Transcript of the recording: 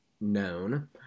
known